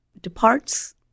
departs